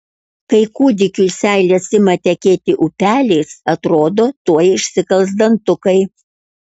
kai kūdikiui seilės ima tekėti upeliais atrodo tuoj išsikals dantukai